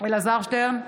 אלעזר שטרן,